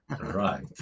right